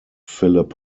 philip